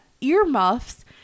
earmuffs